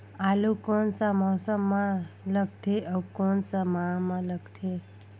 आलू कोन सा मौसम मां लगथे अउ कोन सा माह मां लगथे?